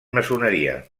maçoneria